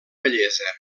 bellesa